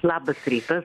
labas rytas